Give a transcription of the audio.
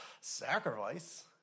sacrifice